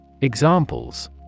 Examples